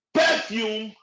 perfume